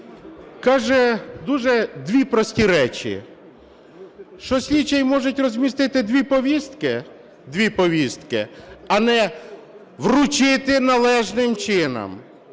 каже дуже дві прості речі, що слідчий може розмістити 2 повістки, 2 повістки, а не вручити належним чином,